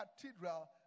cathedral